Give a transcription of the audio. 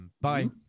Bye